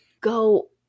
go